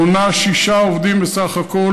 מונה שישה עובדים בסך הכול,